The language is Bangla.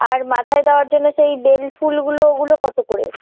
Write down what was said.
আর মাথায় দেওয়ার জন্য সেই বেল ফুলগুলো ওগুলো কত করে